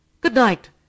Good-night